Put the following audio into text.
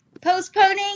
postponing